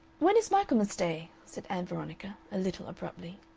when is michaelmas day? said ann veronica, a little abruptly.